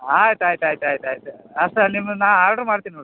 ಆಯ್ತು ಆಯ್ತು ಆಯ್ತು ಆಯ್ತು ಆಯ್ತು ಅಷ್ಟೆ ನಿಮಗೆ ನಾ ಆರ್ಡರ್ ಮಾಡ್ತೀನಿ ನೋಡ್ರಿ